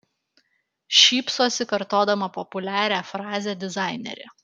šypsosi kartodama populiarią frazę dizainerė